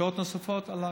שעות נוספות, עליי,